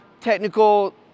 technical